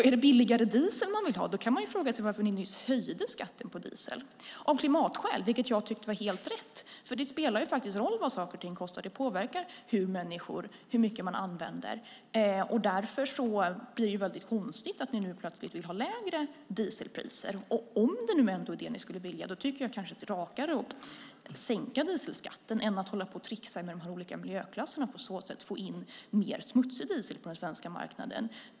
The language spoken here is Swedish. Är det billigare diesel ni vill ha kan man fråga sig varför ni nyss höjde skatten på diesel - av klimatskäl, vilket jag tyckte var helt rätt. Det spelar nämligen roll vad saker och ting kostar; det påverkar hur mycket människor använder. Därför blir det väldigt konstigt att ni nu plötsligt vill ha lägre dieselpriser. Om det nu ändå är det ni skulle vilja tycker jag kanske att det vore rakare att sänka dieselskatten än att hålla på och tricksa med de olika miljöklasserna och på så sätt få in mer smutsig diesel på den svenska marknaden.